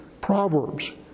Proverbs